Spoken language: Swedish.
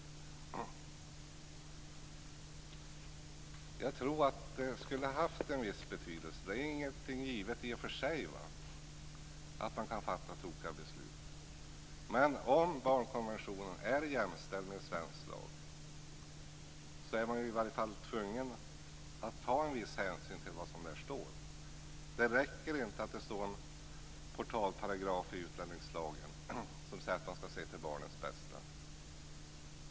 Jag tror att det skulle ha haft en viss betydelse. Det är i och för sig inte givet att man inte kan fatta tokiga beslut ändå, men om barnkonventionen är jämställd med svensk lag är man i varje fall tvungen att ta en viss hänsyn till vad som står där. Det räcker inte att det står en portalparagraf i utlänningslagen som säger att man skall se till barnets bästa.